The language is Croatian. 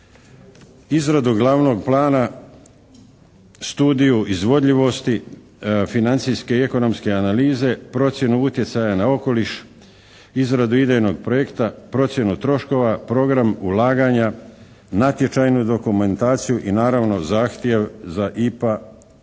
Izradu glavnog plana, studiju izvodljivosti financijske i ekonomske analize, procjenu utjecaja na okoliš, izradu idejnog projekta, procjenu troškova, program ulaganja, natječajnu dokumentaciju i naravno zahtjev za IPA